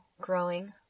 growing